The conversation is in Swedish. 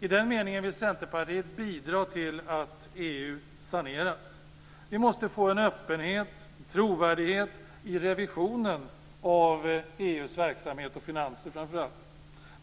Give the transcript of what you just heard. I den meningen vill Centerpartiet bidra till att EU saneras. Vi måste få en öppenhet och trovärdighet i revisionen av EU:s verksamhet och framför allt finanser.